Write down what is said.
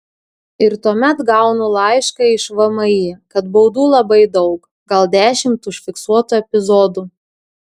ir tuomet gaunu laišką iš vmi kad baudų labai daug gal dešimt užfiksuotų epizodų